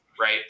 right